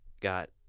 got